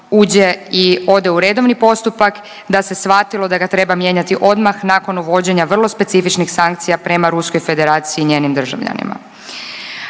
uđe i ode u redovni postupak da se shvatilo da ga treba mijenjati odmah nakon uvođenja vrlo specifičnih sankcija prema Ruskoj federaciji i njenim državljanima.